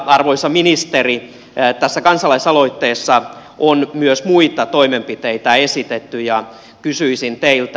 arvoisa ministeri tässä kansalaisaloitteessa on myös muita toimenpiteitä esitetty ja kysyisin teiltä